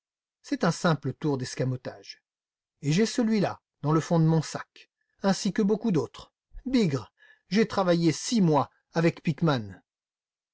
c'est un simple tour d'escamotage et j'ai celui-là dans le fond de mon sac ainsi que beaucoup d'autres bigre j'ai travaillé six mois avec pickmann